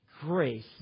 grace